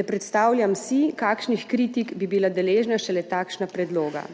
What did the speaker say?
Ne predstavljam si, kakšnih kritik bi bila deležna šele takšna predloga.